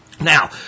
Now